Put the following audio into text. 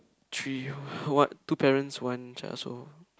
three what two parents one threshold